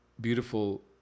beautiful